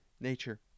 nature